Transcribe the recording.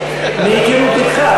מהיכרות אתך,